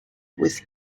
with